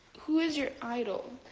who is your idol?